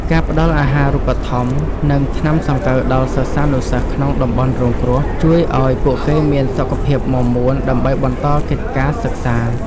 ការផ្តល់អាហារូបត្ថម្ភ និងថ្នាំសង្កូវដល់សិស្សានុសិស្សក្នុងតំបន់រងគ្រោះ ជួយឱ្យពួកគេមានសុខភាពមាំមួនដើម្បីបន្តកិច្ចការសិក្សា។